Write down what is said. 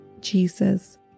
Jesus